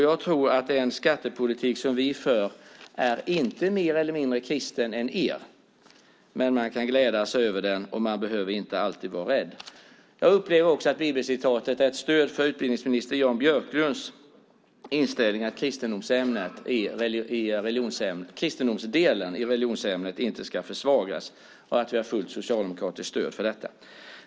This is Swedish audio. Jag tror att den skattepolitik som vi för inte är mer eller mindre kristen än er. Men man kan glädja sig över den, och man behöver inte alltid vara rädd. Jag upplever också att bibelcitatet är ett stöd för utbildningsminister Jan Björklunds inställning att kristendomsdelen i religionsämnet inte ska försvagas och att vi har fullt socialdemokratiskt stöd för detta.